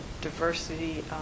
diversity